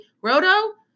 Roto